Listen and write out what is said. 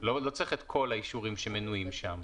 לא צריך את כל האישורים שמנויים שם.